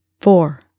four